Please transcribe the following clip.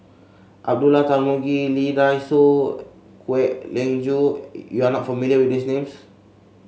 Abdullah Tarmugi Lee Dai Soh Kwek Leng Joo you are not familiar with these names